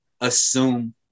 assume